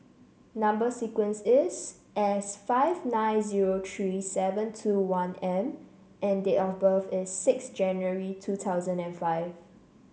number sequence is S five nine zero three seven two one M and date of birth is six January two thousand and five